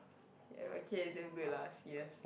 ya okay damn good lah c_s